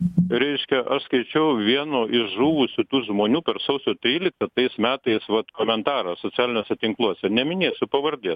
reiškia aš skaičiau vieno iš žuvusių tų žmonių per sausio tryliktą tais metais vat komentarą socialiniuose tinkluose neminėsiu pavardės